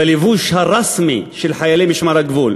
בלבוש הרשמי של חיילי משמר הגבול,